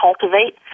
cultivate